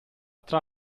tra